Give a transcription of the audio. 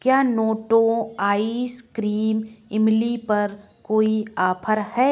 क्या Lotto ice cream इमली पर कोई ऑफर है